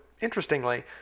interestingly